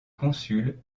consuls